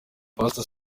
pastor